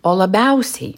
o labiausiai